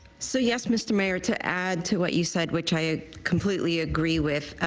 so yes, mr. mayor to add to what you said which i complete we agree with,